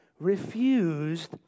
refused